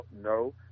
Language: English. no